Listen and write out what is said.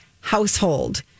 household